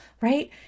right